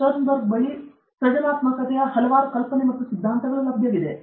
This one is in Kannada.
ಸ್ಟರ್ನ್ಬರ್ಗ್ ಬಳಿ ಸೃಜನಾತ್ಮಕತೆಯ ಹಲವಾರು ಕಲ್ಪನೆ ಮತ್ತು ಸಿದ್ಧಾಂತಗಳು ಲಭ್ಯವಿದೆ